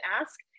ask